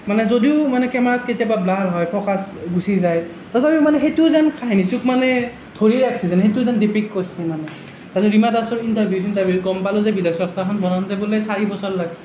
মানে যদিও মানে কেমেৰাত কেতিয়াবা ব্লাৰ হয় ফ'কাছ গুচি যায় তথাপিও মানে সেইটোৱো যেন কাহিনীটোক মানে ধৰি ৰাখিছে যেন সেইটোও যেন ডিপিক্ট কৰছি মানে তাৰ পিছত ৰীমা দাসৰ ইন্টাৰভিউ চিন্টাৰভিউত গম পালোঁ যে ভিলেইজ ৰকষ্টাৰখন বনাওঁতে বোলে চাৰি বছৰ লাগছি